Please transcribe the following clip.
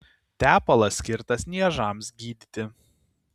tepalas skirtas niežams gydyti